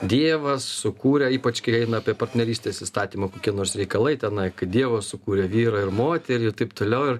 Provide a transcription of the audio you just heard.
dievas sukūrė ypač kai eina apie partnerystės įstatymą kokie nors reikalai tenai kad dievas sukūrė vyrą ir moterį ir taip toliau ir